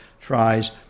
tries